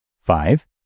Five